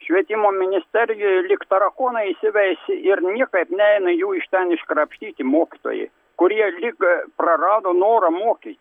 švietimo ministerijoj lyg tarakonai įsiveisė ir niekaip neina jų iš ten iškrapštyti mokytojai kurie lyg prarado norą mokyti